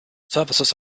services